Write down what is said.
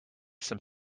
some